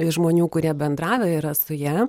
iš žmonių kurie bendravę yra su ja